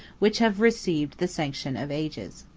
which have received the sanction of ages.